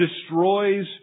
destroys